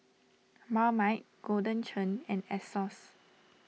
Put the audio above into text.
Marmite Golden Churn and Asos